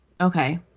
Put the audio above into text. Okay